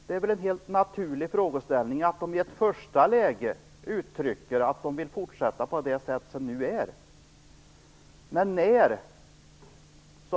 Det är väl ett helt naturligt ställningstagande att i ett första läge uttrycka att man vill fortsätta att arbeta på det sätt som man nu gör.